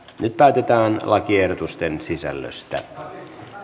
nyt päätetään lakiehdotusten sisällöstä